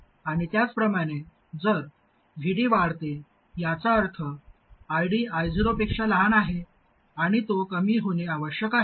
आणि त्याचप्रमाणे जर VD वाढते याचा अर्थ ID I0 पेक्षा लहान आहे आणि तो कमी होणे आवश्यक आहे